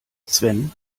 sven